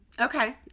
Okay